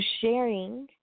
sharing